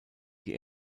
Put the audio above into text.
die